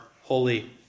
holy